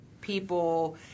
people